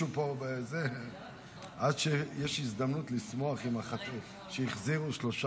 בטח, מישהו פה, עד שיש הזדמנות לשמוח שהחזירו שלוש